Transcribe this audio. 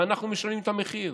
ואנחנו משלמים את המחיר.